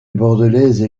bordelaise